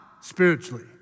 spiritually